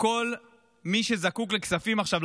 כל מי שזקוק לכספים עכשיו,